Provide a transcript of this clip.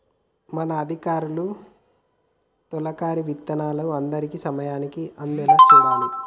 మన అధికారులు తొలకరి విత్తనాలు అందరికీ సమయానికి అందేలా చూడాలి